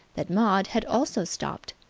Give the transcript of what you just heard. that maud had also stopped.